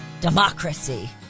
democracy